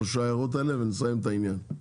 שלוש הערות האלה ונסיים את העניין.